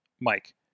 Mike